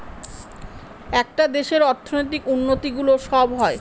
একটা দেশের অর্থনৈতিক উন্নতি গুলো সব হয়